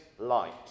light